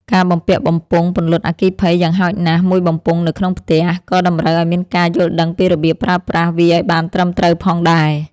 ការបំពាក់បំពង់ពន្លត់អគ្គីភ័យយ៉ាងហោចណាស់មួយបំពង់នៅក្នុងផ្ទះ ក៏តម្រូវឲ្យមានការយល់ដឹងពីរបៀបប្រើប្រាស់វាឱ្យបានត្រឹមត្រូវផងដែរ។